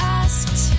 asked